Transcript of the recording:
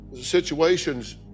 situations